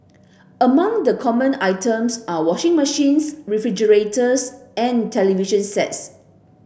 among the common items are washing machines refrigerators and television sets